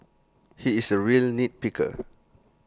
he is A real nit picker